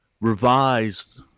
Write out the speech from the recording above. revised